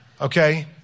okay